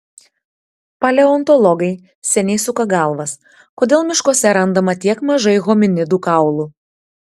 paleontologai seniai suka galvas kodėl miškuose randama tiek mažai hominidų kaulų